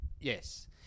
Yes